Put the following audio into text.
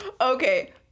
Okay